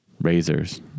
razors